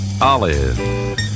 olive